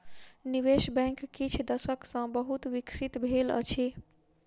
निवेश बैंक किछ दशक सॅ बहुत विकसित भेल अछि